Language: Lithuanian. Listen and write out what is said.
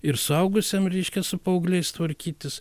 ir suaugusiam reiškia su paaugliais tvarkytis